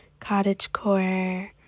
cottagecore